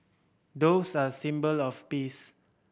doves are a symbol of peace